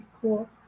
cool